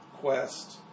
quest